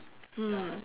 mm